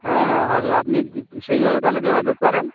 হ্যাঁ হ্যাঁ হবে আপনি সেইভাবে তাহলে যোগাযোগ করেন